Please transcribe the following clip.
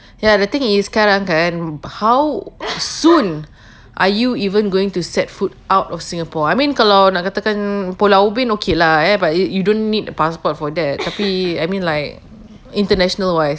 ya the thing is kadang kala how soon are you even going to set foot out of singapore I mean kalau nak kata kan pulau ubin okay lah eh but you d~ you don't need a passport for that tapi I mean like international-wise